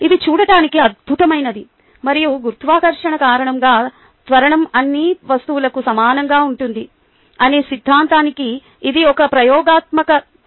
ఇది చూడటానికి అద్భుతమైనది మరియు గురుత్వాకర్షణ కారణంగా త్వరణం అన్ని వస్తువులకు సమానంగా ఉంటుంది అనే సిద్ధాంతానికి ఇది ఒక ప్రయోగాత్మక నిదర్శనం